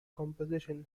composition